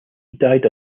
died